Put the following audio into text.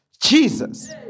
Jesus